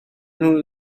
nhw